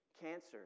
cancer